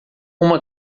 uma